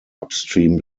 upstream